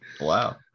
Wow